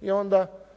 i onda